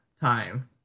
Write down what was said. time